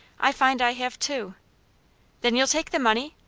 i find i have two then you'll take the money?